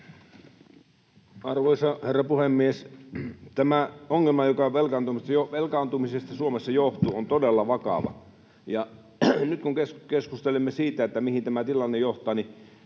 Arvoisa herra puhemies! Tämä ongelma, joka velkaantumisesta Suomessa johtuu, on todella vakava. Nyt kun keskustelemme siitä, mihin tämä tilanne johtaa,